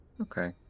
Okay